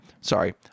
Sorry